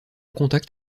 contact